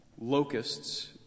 locusts